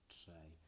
try